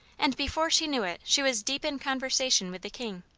and before she knew it she was deep in conversation with the king.